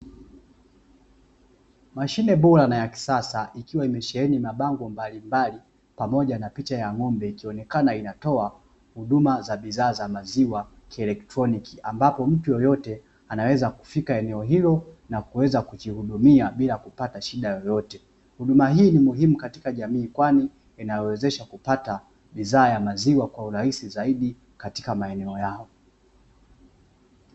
Mashine bora na ya kisasa, ikiwa imesheheni mabango mbalimbali, pamoja na picha ya ng'ombe ikionekana inatoa huduma za bidhaa za maziwa kielektroniki, ambapo mtu yeyote anaweza kufika eneo hilo na kuweza kujihudumia bila kupata shida yoyote. Huduma hii ni muhimu katika jamii kwani inawezesha kupata bidhaa ya maziwa kwa urahisi zaidi katika maeneo yao.